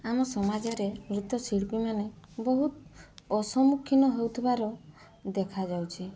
ଆମ ସମାଜରେ ନୃତ୍ୟ ଶିଳ୍ପୀ ମାନେ ବହୁତ ଅସମ୍ମୁଖିନ ହେଉଥିବାର ଦେଖାଯାଉଛି